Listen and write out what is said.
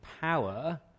power